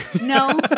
No